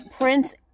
Prince